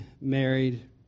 married